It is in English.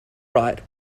right